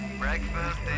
Breakfast